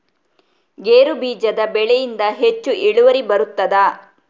ಗೇರು ಬೀಜದ ಬೆಳೆಯಿಂದ ಹೆಚ್ಚು ಇಳುವರಿ ಬರುತ್ತದಾ?